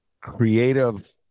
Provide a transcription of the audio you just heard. creative